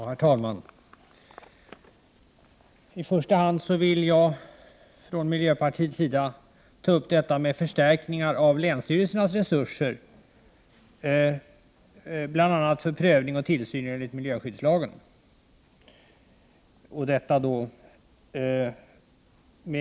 Herr talman! Jag vill för miljöpartiets del, med hänvisning till reservation 5 i betänkandet, i första hand ta upp frågan om förstärkningar av länsstyrelsernas resurser för bl.a. prövning och tillsyn enligt miljöskyddslagen.